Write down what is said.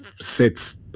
sits